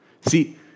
See